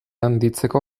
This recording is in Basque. handitzeko